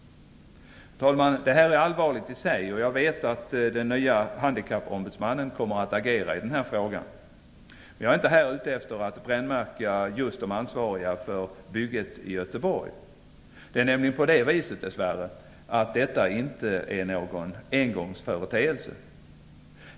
Herr talman! Det här är allvarligt i sig, och jag vet att den nya handikappombudsmannen kommer att agera i den här frågan. Jag är inte här ute efter att brännmärka just de ansvariga för bygget i Göteborg. Dess värre är detta inte någon engångsföreteelse.